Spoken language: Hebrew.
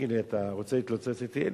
תגיד לי, אתה רוצה להתלוצץ אתי?